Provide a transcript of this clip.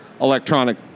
electronic